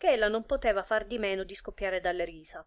ella non poteva far di meno di scoppiare dalle risa